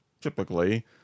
typically